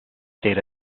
state